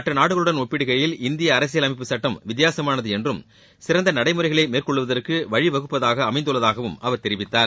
மற்ற நாடுகளுடன் ஒப்பிடுகையில் இந்திய அரசியல் அமைப்பு சட்டம் வித்தியாசமானது என்றும் சிறந்த நடைமுறைகளை மேற்கொள்வதற்கு வழி வகுப்பதாக அமைந்துள்ளதாகவும் அவர் தெரிவித்தார்